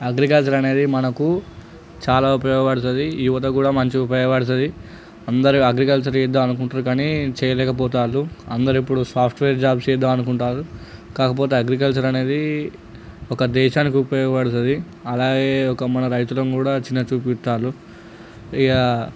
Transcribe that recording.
agriculture అనేది మనకు చాలా ఉపయోగపడుతుంది యువత కూడా మంచి ఉపయోగపడుతుంది అందరూ అగ్రికల్చర్ చేద్దాం అనుకుంటున్నారు కానీ చేయలేక పోతున్నారు అందరు ఇప్పుడు సాఫ్ట్వేర్ జాబ్ చేద్దామనుకుంటారు కాకపోతే అగ్రికల్చర్ అనేది ఒక దేశానికి ఉపయోగపడుతుంది అలాగే ఒక మనం రైతులం కూడా చిన్న చూపు చూస్తున్నారు ఇక